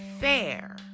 fair